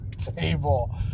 Table